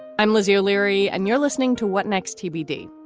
i'm lizzie o'leary. and you're listening to what next tbd,